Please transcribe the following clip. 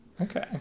Okay